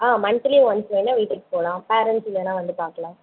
ஆ monthly once வேணால் வீட்டுக்கு போகலாம் பேரெண்ட்ஸ் வேணால் வந்து பார்க்கலாம்